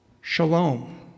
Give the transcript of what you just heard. Shalom